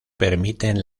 permiten